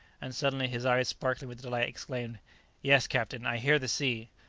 and suddenly, his eyes sparkling with delight, exclaimed yes, captain, i hear the sea!